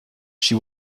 she